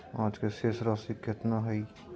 आज के शेष राशि केतना हइ?